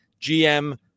GM